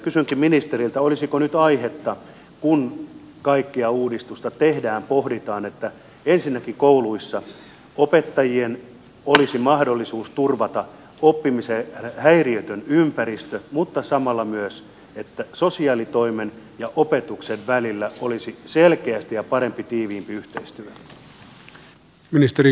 kysynkin ministeriltä olisiko nyt aihetta kun kaikkea uudistusta tehdään ja pohditaan että ensinnäkin kouluissa opettajille tulisi mahdollisuus turvata oppimiseen häiriötön ympäristö mutta samalla myös sosiaalitoimen ja opetuksen välille selkeästi parempi tiiviimpi yhteistyö